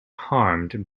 harmed